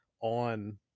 on